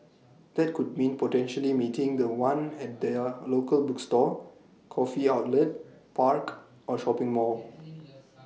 that could mean potentially meeting The One at their local bookstore coffee outlet park or shopping mall